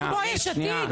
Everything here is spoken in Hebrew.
כמו יש עתיד?